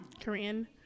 Korean